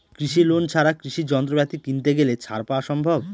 কৃষি লোন ছাড়া কৃষি যন্ত্রপাতি কিনতে গেলে ছাড় পাওয়া সম্ভব?